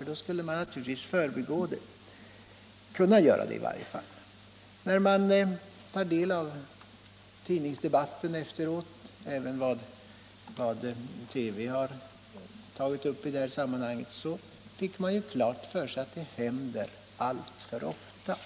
I tidningsdebatten efteråt och även i de program TV gjorde i sammanhanget har framkommit att liknande händelser inträffar relativt ofta.